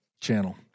channel